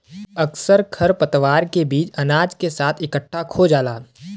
अक्सर खरपतवार के बीज अनाज के साथ इकट्ठा खो जाला